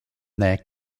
their